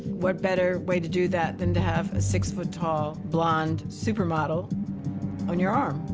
what better way to do that than to have a six-foot-tall, blonde supermodel on your arm?